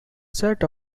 set